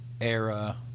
era